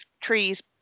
trees